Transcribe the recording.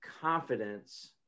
confidence